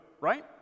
right